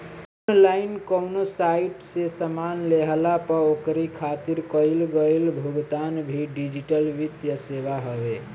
online कवनो site से सामान लेहला पअ ओकरी खातिर कईल गईल भुगतान भी डिजिटल वित्तीय सेवा हवे